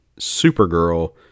Supergirl